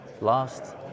last